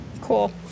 cool